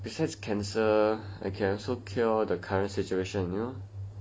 besides cancer I can also cure the current situation mmhmm